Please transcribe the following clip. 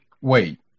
wait